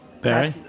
Barry